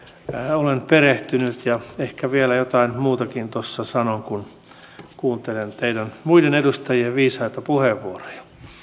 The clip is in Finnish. olen perehtynyt ja ehkä vielä jotain muutakin tuossa sanon kun kuuntelen teidän muiden edustajien viisaita puheenvuoroja